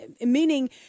meaning